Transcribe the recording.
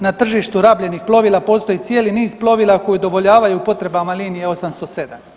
Na tržištu rabljenih plovila postoji cijeli niz plovila koji udovoljavaju potrebama linije 807.